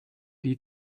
die